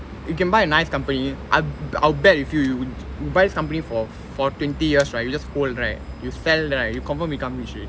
you can buy a nice company I I'll bet with you you buy this company for for twenty years right you just hold right you sell right you confirm become rich already